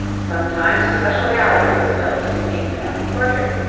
sometimes a special gallery was built to contain the family portraits,